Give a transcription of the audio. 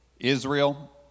Israel